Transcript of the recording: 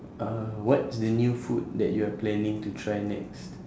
uh what's the new food that you are planning to try next